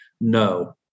No